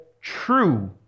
true